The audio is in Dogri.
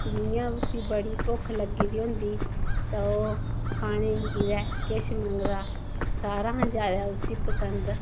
जियां उसी बडी भुक्ख लग्गी दी होंदी तां ओह् खाने गी किश मंगदा सारा किशा ज्याद उसी पंसद